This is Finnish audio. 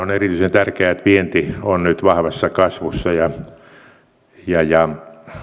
tärkeää että vienti on nyt vahvassa kasvussa tilannehan on se että